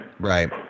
Right